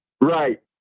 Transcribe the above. right